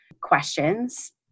questions